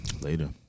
Later